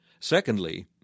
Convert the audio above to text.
Secondly